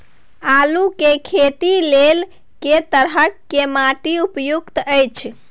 आलू के खेती लेल के तरह के माटी उपयुक्त अछि?